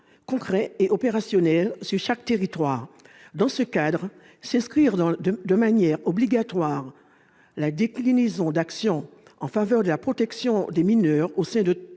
concrets et opérationnels sur chaque territoire. Dans ce cadre, inscrire de manière obligatoire la déclinaison d'actions en faveur de la protection des mineurs au sein des